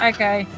Okay